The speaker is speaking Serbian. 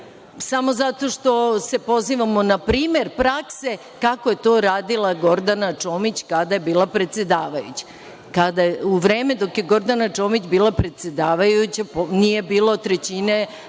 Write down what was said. samo zato što se pozivamo na primer prakse kako je to radila Gordana Čomić kada je bila predsedavajuća. U vreme kada je Gordana Čomić bila predsedavajuća nije bilo trećine parlamenta